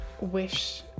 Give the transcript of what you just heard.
wish